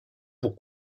pour